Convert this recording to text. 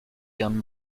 gun